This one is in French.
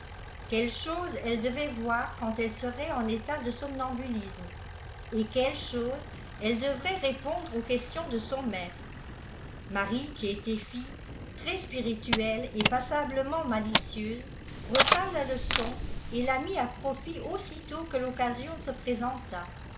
quelle chose elle deyaît voir quand elie serait en état de somnambulisme et quelles choses elle devrai f j épôndre aux questions de son maître marie qui était filleî très smrituelle et passablement malicieuse refihl la leçon et la mit à profit aussitôt que toccasion se présenta